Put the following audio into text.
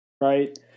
right